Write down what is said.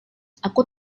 aku